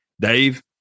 Dave